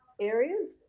areas